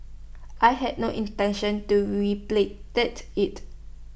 I have no intention to replicate IT